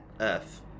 Earth